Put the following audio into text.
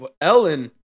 Ellen